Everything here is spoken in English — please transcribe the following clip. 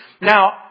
Now